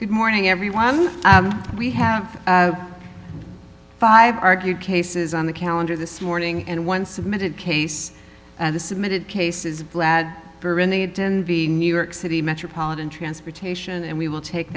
good morning everyone we have five argued cases on the calendar this morning and one submitted case the submitted cases glad the new york city metropolitan transportation and we will take